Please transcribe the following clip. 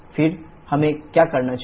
फिर हमें क्या करना चाहिए